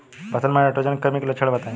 फसल में नाइट्रोजन कमी के लक्षण बताइ?